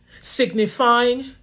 signifying